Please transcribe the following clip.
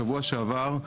בשבוע שעבר,